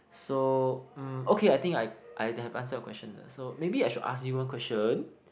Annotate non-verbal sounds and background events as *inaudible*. so um okay I think I I have answered your question *noise* so maybe I should ask you one question